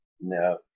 No